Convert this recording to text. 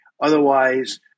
otherwise